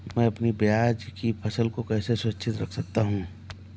मैं अपनी प्याज की फसल को कैसे सुरक्षित रख सकता हूँ?